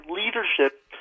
leadership